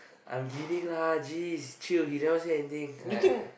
I'm kidding lah geez chill he never say anything !aiya!